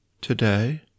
today